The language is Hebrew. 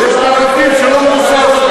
יש נרטיב שלא מבוסס,